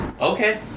Okay